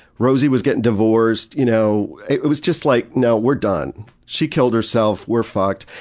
rosie was getting divorced, you know it was just like no, we're done. she killed herself, we're fucked'.